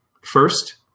First